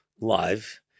live